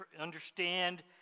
understand